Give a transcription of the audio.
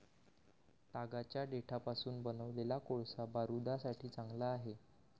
तागाच्या देठापासून बनवलेला कोळसा बारूदासाठी चांगला आहे